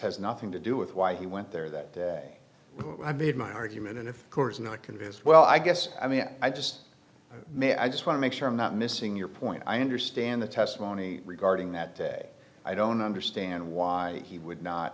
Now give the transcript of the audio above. has nothing to do with why he went there that day i made my argument and if course i'm not convinced well i guess i mean i just may i just want to make sure i'm not missing your point i understand the testimony regarding that day i don't understand why he would not